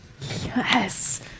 Yes